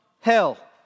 hell